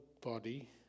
body